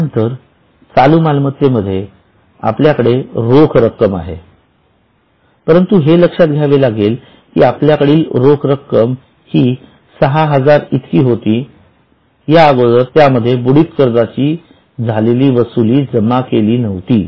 या नंतर चालू मालमत्तेमध्ये आपल्याकडे रोख रक्कमआहे परंतु हे लक्षात घ्यावे लागेल कि आपल्याकडील रोख रक्कम हि ६००० इतकी होती या अगोदर त्यामध्ये बुडीत कर्जाची झालेली वसुली जमा केली नव्हती